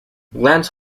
glands